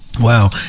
wow